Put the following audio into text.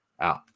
out